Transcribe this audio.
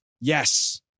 Yes